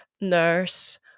nurse